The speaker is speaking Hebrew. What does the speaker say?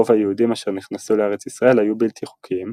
רוב היהודים אשר נכנסו לארץ ישראל היו בלתי חוקיים,